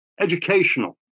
educational